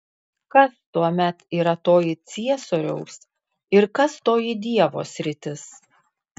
kas tuomet yra toji ciesoriaus ir kas toji dievo sritis